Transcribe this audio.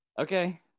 Okay